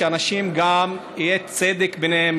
שגם יהיה צדק ביניהם,